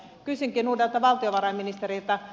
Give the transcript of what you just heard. kysynkin uudelta valtiovarainministeriltä